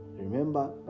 remember